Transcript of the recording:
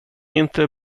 inte